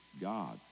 God